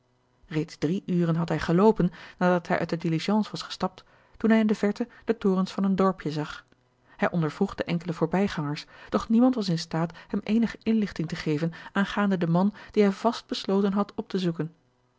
reeds drie uren had hij geloopen nadat hij uit de diligence was gestapt toen hij in de verte de torens van een dorpje zag hij ondervroeg de enkele voorbijgangers doch niemand was in staat hem eenige inlichting te geven aangaande den man dien hij vast besloten had op te zoeken